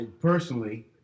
personally